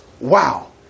Wow